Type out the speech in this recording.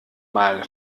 mal